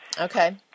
Okay